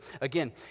again